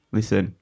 Listen